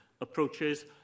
approaches